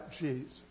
Jesus